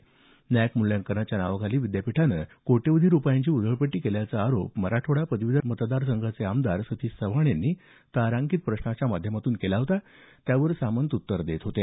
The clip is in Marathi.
नॅक मूल्यांकनाच्या नावाखाली विद्यापीठानं कोट्यावधी रूपयांची उधळपट्टी केल्याचा आरोप मराठवाडा पदवीधर मतदारसंघाचे आमदार सतीश चव्हाण यांनी तारांकित प्रश्नाच्या माध्यमातून केला त्यावर सामंत उत्तर देत होते